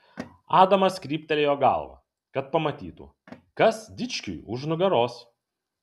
adamas kryptelėjo galvą kad pamatytų kas dičkiui už nugaros